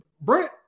Brent